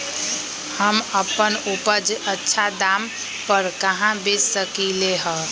हम अपन उपज अच्छा दाम पर कहाँ बेच सकीले ह?